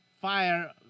fire